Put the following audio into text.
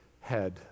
head